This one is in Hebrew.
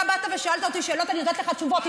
אתה באת ושאלת אותי שאלות, אני נותנת לך תשובות.